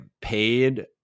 paid